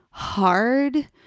hard